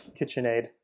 KitchenAid